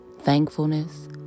Thankfulness